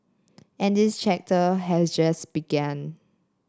and this chapter has just begun